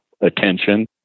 attention